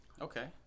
Okay